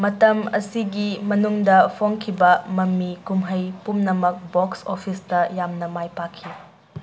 ꯃꯇꯝ ꯑꯁꯤꯒꯤ ꯃꯅꯨꯡꯗ ꯐꯣꯡꯈꯤꯕ ꯃꯃꯤ ꯀꯨꯝꯍꯩ ꯄꯨꯝꯅꯃꯛ ꯕꯣꯛꯁ ꯑꯣꯐꯤꯁꯇ ꯌꯥꯝꯅ ꯃꯥꯏ ꯄꯥꯛꯈꯤ